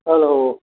hello